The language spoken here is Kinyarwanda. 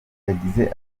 yagize